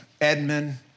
Edmund